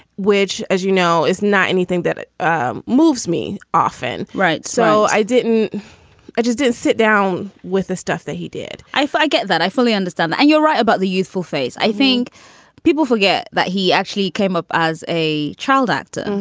which, as you know, is not anything that um moves me often. right. so i didn't i just didn't sit down with the stuff that he did i i get that. i fully understand. and you're right about the youthful face. i think people forget that he actually came up as a child actor.